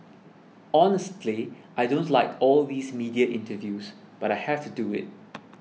honestly I don't like all these media interviews but I have to do it